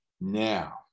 Now